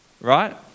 right